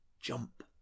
jump